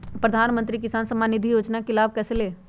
प्रधानमंत्री किसान समान निधि योजना का लाभ कैसे ले?